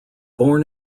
born